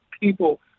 people